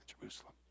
Jerusalem